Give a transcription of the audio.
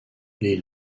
les